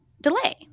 delay